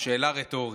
שאלה רטורית.